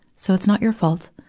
so it's not your fault,